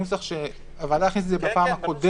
עדיף להכניס את זה בנוסח כפי שהיה בפעם הקודמת,